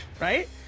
right